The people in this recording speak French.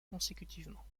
consécutivement